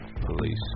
Police